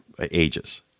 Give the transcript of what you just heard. ages